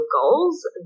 goals